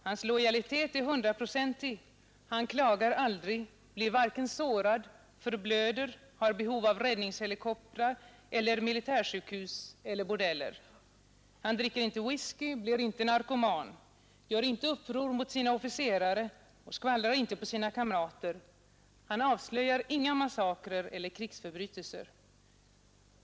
Hans lojalitet är hundraprocentig, han klagar aldrig, blir varken sårad eller förblöder, har inget behov av räddningshelikoptrar eller militärsjukhus eller bordeller. Han dricker inte whisky, blir inte narkoman, gör inte uppror mot sina officerare och skvallrar inte på sina kamrater. Han avslöjar inga massakrer eller krigsförbrytelser.